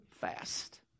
fast